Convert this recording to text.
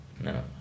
No